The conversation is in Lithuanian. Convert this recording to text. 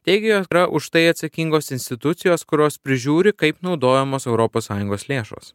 teigė jog yra už tai atsakingos institucijos kurios prižiūri kaip naudojamos europos sąjungos lėšos